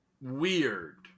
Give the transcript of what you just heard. weird